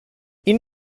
این